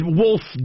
wolf